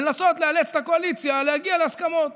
ולנסות לאלץ את הקואליציה להגיע להסכמות.